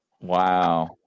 Wow